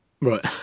Right